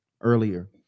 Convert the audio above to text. earlier